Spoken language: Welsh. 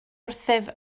wrthyf